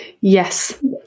Yes